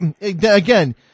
again